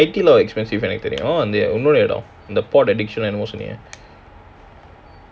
no ah hai di lao expensive எனக்குதெரியும்இந்தஇன்னொருஇடம்:enaku therium indha innoru idam the pot addiction I know என்னமோசொன்னியே:ennamo sonnie